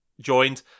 joined